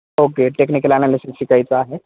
okay technical analysis शिकायचं आहे